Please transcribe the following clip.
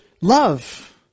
love